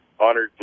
honored